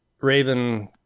Raven